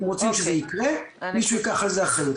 אם רוצים שזה יקרה מישהו ייקח על זה אחריות.